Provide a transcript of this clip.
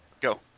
Go